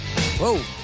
Whoa